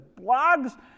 blogs